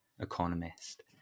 Economist